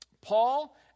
Paul